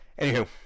Anywho